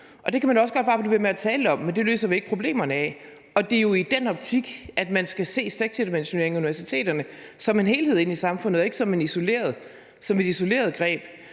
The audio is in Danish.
Det kan man også godt bare blive ved med at tale om, men det løser vi ikke problemerne af. Det er jo i den optik, man skal se sektordimensioneringen af universiteterne: som en helhed ind i samfundet og ikke som et isoleret greb.